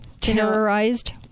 terrorized